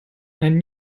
and